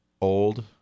old